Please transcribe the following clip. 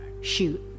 shoot